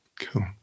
Cool